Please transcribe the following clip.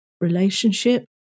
relationship